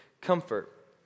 comfort